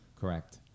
Correct